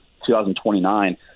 2029